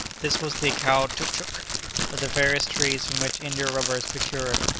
this was the caoutchouc. of the various trees from which india-rubber is procured,